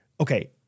okay